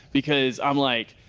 because i'm like,